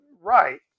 right